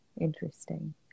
interesting